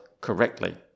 correctly